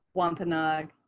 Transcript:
wampanoag,